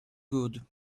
good